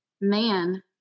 man